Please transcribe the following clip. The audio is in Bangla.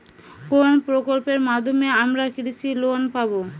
কোন প্রকল্পের মাধ্যমে আমরা কৃষি লোন পাবো?